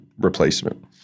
replacement